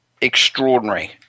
extraordinary